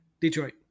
Detroit